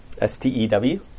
S-T-E-W